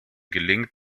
gelingt